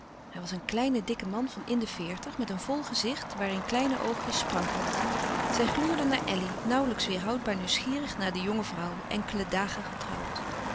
hij was een kleine dikke man van in de veertig met een vol gezicht waarin kleine oogjes sprankelden zij gluurden naar elly nauwlijks weêrhoudbaar nieuwsgierig naar de jonge vrouw enkele dagen getrouwd